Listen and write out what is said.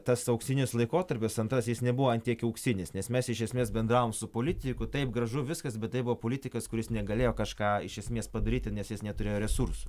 tas auksinis laikotarpis antras jis nebuvo an tiek auksinis nes mes iš esmės bendravom su politiku taip gražu viskas bet tai buvo politikas kuris negalėjo kažką iš esmės padaryti nes jis neturėjo resursų